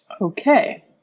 Okay